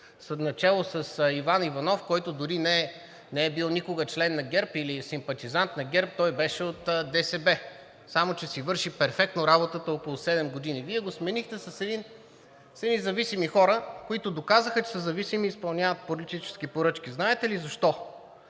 начело с Иван Иванов, който дори не е бил никога член на ГЕРБ или симпатизант на ГЕРБ, той беше от ДСБ. Само че си върши перфектно работата около седем години. Вие го сменихте с едни зависими хора, които доказаха, че са зависими и изпълняват политически поръчки. Знаете ли защо?